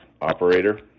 Operator